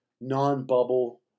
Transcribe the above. non-bubble